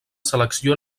selecció